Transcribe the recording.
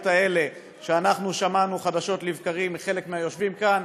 האלה שאנחנו שמענו חדשות לבקרים מחלק מהיושבים כאן.